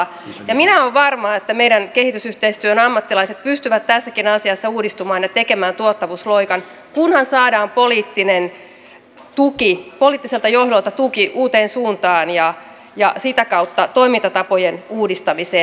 ja minä olen varma että meidän kehitysyhteistyön ammattilaiset pystyvät tässäkin asiassa uudistumaan ja tekemään tuottavuusloikan kunhan saadaan poliittinen tuki poliittiselta johdolta tuki uuteen suuntaan ja sitä kautta toimintatapojen uudistamiseen